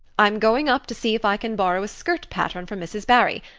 i'm going up to see if i can borrow a skirt pattern from mrs. barry,